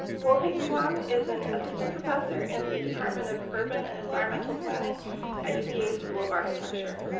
guoping huang is an assistant professor in the department of urban and environmental planning at uva school of architecture.